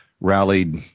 rallied